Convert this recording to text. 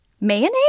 mayonnaise